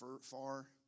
far